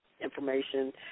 information